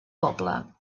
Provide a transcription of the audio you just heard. poble